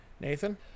Nathan